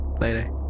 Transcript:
later